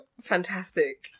fantastic